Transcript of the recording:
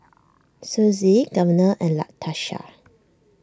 Sussie Governor and Latasha